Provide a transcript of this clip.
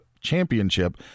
championship